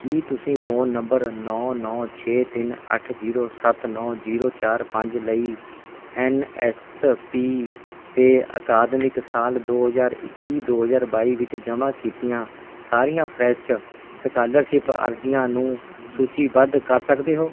ਕੀ ਤੁਸੀਂ phone number ਨੌ ਨੌ ਛੇ ਤਿੰਨ ਅੱਠ ਜੀਰੋ ਸੱਤ ਨੌ ਜੀਰੋ ਚਾਰ ਪੰਜ ਲਈ ਐੱਨ ਐੱਸ ਪੀ 'ਤੇ ਅਕਾਦਮਿਕ ਸਾਲ ਦੋ ਹਜ਼ਾਰ ਇੱਕੀ ਦੋ ਹਜ਼ਾਰ ਬਾਈ ਵਿੱਚ ਜਮ੍ਹਾਂ ਕੀਤੀਆਂ ਸਾਰੀਆਂ ਫਰੈਸ਼ ਸਕਾਲਰਸ਼ਿਪ ਅਰਜ਼ੀਆਂ ਨੂੰ ਸੂਚੀਬੱਧ ਕਰ ਸਕਦੇ ਹੋ